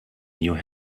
new